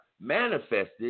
manifested